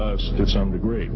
us to some degree